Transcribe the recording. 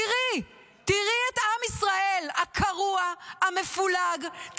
תראי, תראי את עם ישראל הקרוע, המפולג.